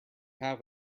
have